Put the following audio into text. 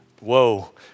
Whoa